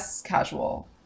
casual